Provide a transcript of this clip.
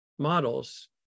models